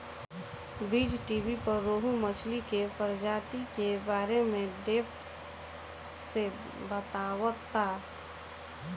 बीज़टीवी पर रोहु मछली के प्रजाति के बारे में डेप्थ से बतावता